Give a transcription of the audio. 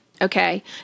Okay